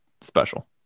special